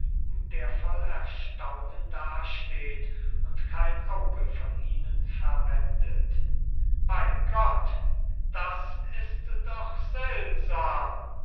der voll erstaunen dasteht und kein auge von ihnen verwendet bei gott das ist doch seltsam